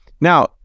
Now